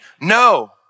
No